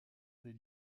des